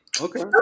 Okay